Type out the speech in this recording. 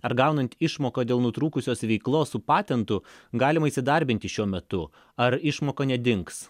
ar gaunant išmoką dėl nutrūkusios veiklos su patentu galima įsidarbinti šiuo metu ar išmoka nedings